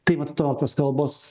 tai vat tokios kalbos